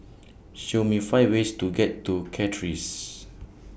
Show Me five ways to get to Castries